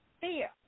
fear